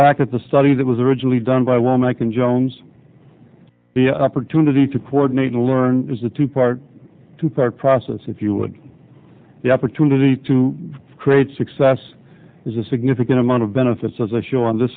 back at the study that was originally done by well mike and jones the opportunity to coordinate and learn is a two part two part process if you would the opportunity to create success is a significant amount of benefits as i show on th